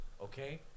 okay